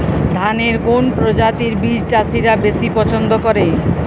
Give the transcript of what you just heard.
ধানের কোন প্রজাতির বীজ চাষীরা বেশি পচ্ছন্দ করে?